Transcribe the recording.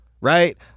right